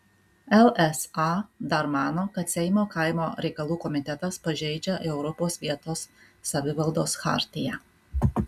lsa dar mano kad seimo kaimo reikalų komitetas pažeidžia europos vietos savivaldos chartiją